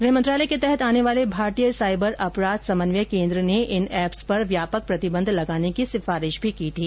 गृह मंत्रालय के तहत आने वाले भारतीय साइबर अपराध समन्वय केन्द्र ने इन एप्स पर व्यापक प्रतिबंध लगाने की सिफारिश भी की थी